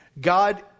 God